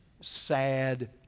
sad